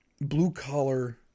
Blue-collar